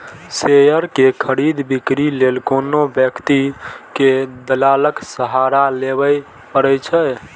share के खरीद, बिक्री लेल कोनो व्यक्ति कें दलालक सहारा लेबैए पड़ै छै